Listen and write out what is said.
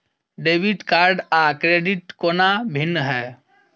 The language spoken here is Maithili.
डेबिट कार्ड आ क्रेडिट कोना भिन्न है?